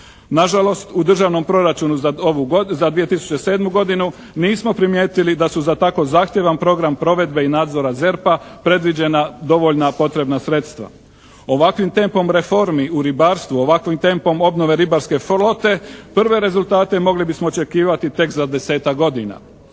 Nažalost, u državnom proračunu za ovu godinu, za 2007. godinu nismo primijetili da smo za tako zahtjeva program provede i nadzora ZERP-a predviđena dovoljna potrebna sredstva. Ovakvim tempom reformi u ribarstvu, ovakvim tempom obnove ribarske flote prve rezultate mogli bismo očekivati tek za desetak godina.